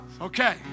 Okay